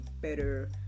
better